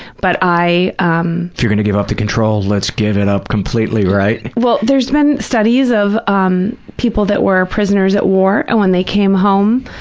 but i paul um if you're going to give up the control, let's give it up completely, right? well, there's been studies of um people that were prisoners at war. and when they came home,